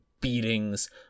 beatings